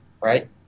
right